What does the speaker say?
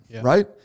Right